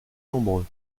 nombreux